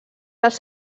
els